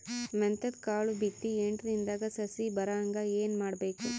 ಮೆಂತ್ಯದ ಕಾಳು ಬಿತ್ತಿ ಎಂಟು ದಿನದಾಗ ಸಸಿ ಬರಹಂಗ ಏನ ಮಾಡಬೇಕು?